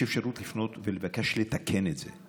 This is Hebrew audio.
יש אפשרות לפנות ולבקש לתקן את זה.